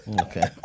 Okay